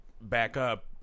backup